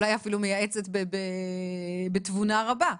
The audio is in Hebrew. אולי אפילו מייעצת בתבונה רבה,